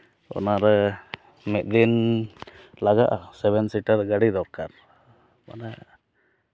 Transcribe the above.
ᱚᱱᱟᱨᱮ ᱢᱤᱫ ᱞᱟᱜᱟᱜᱼᱟ ᱥᱮᱵᱷᱮᱱ ᱥᱤᱴᱟᱨ ᱜᱟᱹᱰᱤ ᱞᱟᱜᱟᱜᱼᱟ ᱚᱱᱟ